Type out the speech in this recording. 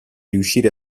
riuscire